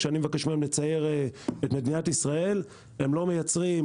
כשאני מבקש מהם לצייר את מדינת ישראל הם לא מציירים